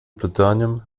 plutonium